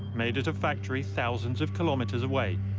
made at a factory thousands of kilometres away.